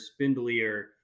spindlier